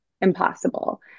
impossible